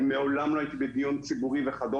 אני מעולם לא הייתי בדיון ציבורי וכדומה.